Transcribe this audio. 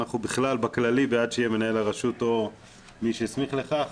אנחנו בכלל בכללי בעד שיהיה מנהל הרשות או מי שהסמיך לכך,